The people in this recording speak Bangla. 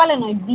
হ্যাঁ